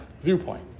viewpoint